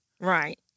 Right